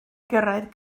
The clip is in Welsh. gyrraedd